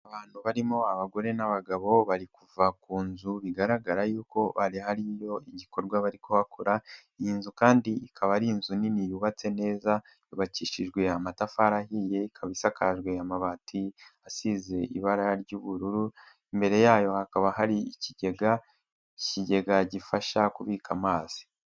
Abantu barimo abagore n'abagabo bari kuva ku nzu bigaragara yuko hariyo igikorwa bari kuhakora, iyi nzu kandi ikaba ari inzu nini yubatse neza, yubakishijwe amatafari ahiye, ikaba isakajwe amabati asize ibara ry'ubururu, imbere yayo hakaba hari ikigega, ikigega gifasha kubika amazi.